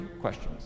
questions